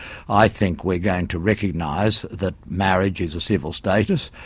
i think we're going to recognise that marriage is a civil status.